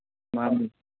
ꯃꯥꯟꯅꯤ